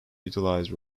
utilized